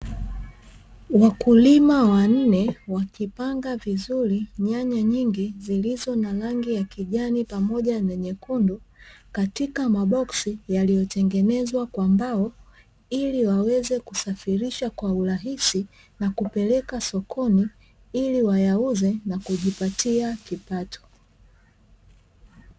Wakulima wanne wakipanga vizuri nyanya nyingi zilizo na rangi ya kijani pamoja na nyekundu, katika maboksi yaliyotengenezwa kwa mbao, ili waweze kusafirisha kwa urahisi na kupeleka sokoni, ili wayauze na kujipatia kipato.